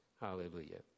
Hallelujah